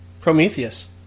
Prometheus